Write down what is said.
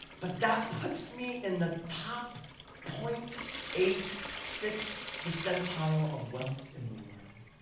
but that puts me in the top point eight six percentile of wealth in the world.